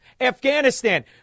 Afghanistan